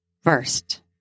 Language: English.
First